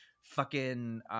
fucking-